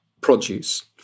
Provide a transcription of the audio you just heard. produce